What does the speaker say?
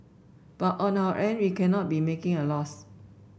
but on our end we cannot be making a loss